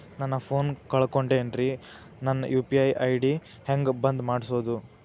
ನನ್ನ ಫೋನ್ ಕಳಕೊಂಡೆನ್ರೇ ನನ್ ಯು.ಪಿ.ಐ ಐ.ಡಿ ಹೆಂಗ್ ಬಂದ್ ಮಾಡ್ಸೋದು?